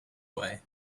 way